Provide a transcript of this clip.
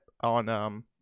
on